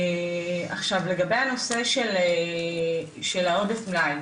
עכשיו לגבי הנושא של העודף מלאי,